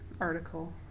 article